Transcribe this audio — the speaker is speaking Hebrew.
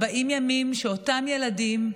40 ימים שאותם ילדים,